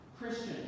Christian